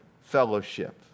fellowship